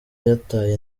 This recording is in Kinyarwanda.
yataye